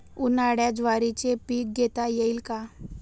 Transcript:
उन्हाळ्यात ज्वारीचे पीक घेता येईल का?